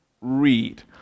Read